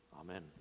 Amen